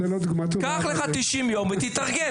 קח לך 90 ימים ותתארגן.